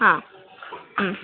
ആ ഉം